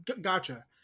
gotcha